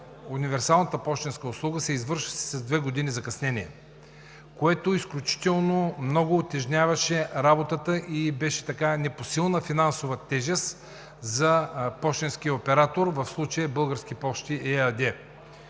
универсалната пощенска услуга се извършваше с две години закъснение, което изключително много утежняваше работата и беше непосилна финансова тежест за пощенския оператор, в случая